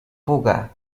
fuga